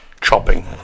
Chopping